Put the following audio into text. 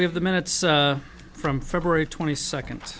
we have the minutes from february twenty second